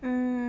mm